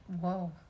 whoa